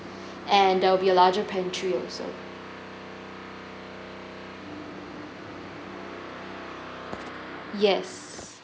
and there will be a larger pantry also yes